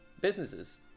businesses